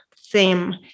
theme